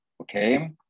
okay